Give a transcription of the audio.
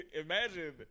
imagine